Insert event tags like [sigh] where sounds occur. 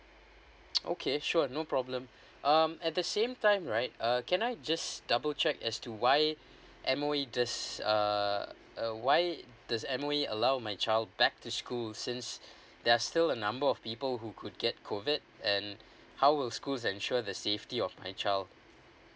[noise] okay sure no problem um at the same time right uh can I just double check as to why M_O_E just uh uh why does M_O_E allow my child back to school since there still a number of people who could get COVID and how will schools ensure the safety of my child